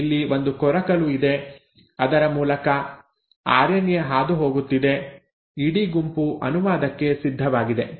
ಇಲ್ಲಿ ಒಂದು ಕೊರಕಲು ಇದೆ ಅದರ ಮೂಲಕ ಆರ್ಎನ್ಎ ಹಾದುಹೋಗುತ್ತಿದೆ ಇಡೀ ಗುಂಪು ಅನುವಾದಕ್ಕೆ ಸಿದ್ಧವಾಗಿದೆ